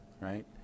right